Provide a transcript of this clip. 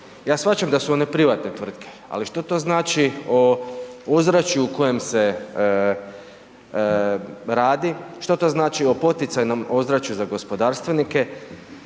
Ja shvaćam da su one privatne tvrtke, ali što to znači o ozračju u kojem se radi, što to znači o poticajnom ozračju za gospodarstvenike?